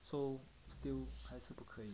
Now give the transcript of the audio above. so still 还是不可以